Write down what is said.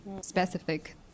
specific